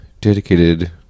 dedicated